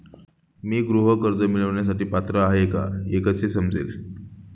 मी गृह कर्ज मिळवण्यासाठी पात्र आहे का हे कसे समजेल?